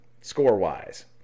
Score-wise